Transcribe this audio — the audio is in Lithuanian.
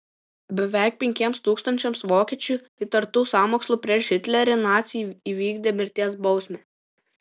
beveik penkiems tūkstančiams vokiečių įtartų sąmokslu prieš hitlerį naciai įvykdė mirties bausmę